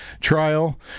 trial